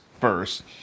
first